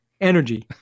energy